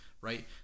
right